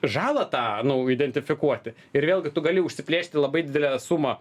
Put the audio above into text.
žalą tą nu identifikuoti ir vėlgi tu gali užsiplėšti labai didelę sumą